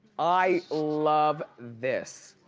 i love this.